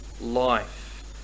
life